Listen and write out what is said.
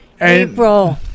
April